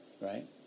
right